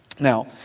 Now